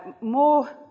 more